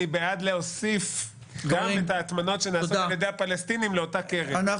אני בעד להוסיף גם את ההטמנות שנעשות על ידי הפלסטינים לאותה קרן.